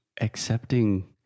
accepting